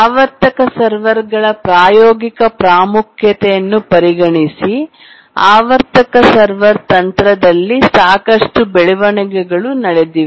ಆವರ್ತಕ ಸರ್ವರ್ಗಳ ಪ್ರಾಯೋಗಿಕ ಪ್ರಾಮುಖ್ಯತೆಯನ್ನು ಪರಿಗಣಿಸಿ ಆವರ್ತಕ ಸರ್ವರ್ ತಂತ್ರದಲ್ಲಿ ಸಾಕಷ್ಟು ಬೆಳವಣಿಗೆಗಳು ನಡೆದಿವೆ